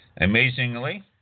Amazingly